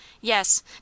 Yes